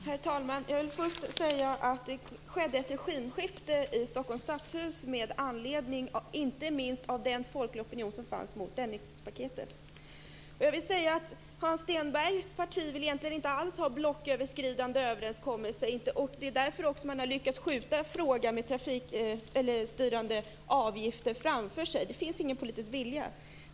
Herr talman! Jag vill först säga att det skedde ett regimskifte i Stockholms stadshus med anledning av inte minst den folkopinion som fanns mot Dennispaketet. Hans Stenbergs parti vill egentligen inte alls ha blocköverskridande överenskommelser. Det är därför man har lyckats skjuta frågan om trafikstyrande avgifter framför sig. Det finns ingen politisk vilja.